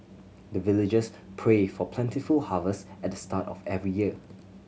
the villagers pray for plentiful harvest at the start of every year